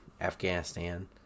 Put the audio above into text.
Afghanistan